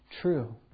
true